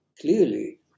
clearly